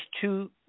two